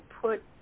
put